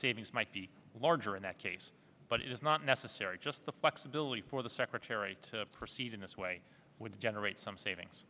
savings might be larger in that case but it is not necessary just the flexibility for the secretary to proceed in this way would generate some savings